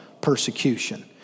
persecution